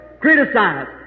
criticized